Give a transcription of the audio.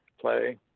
play